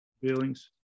Feelings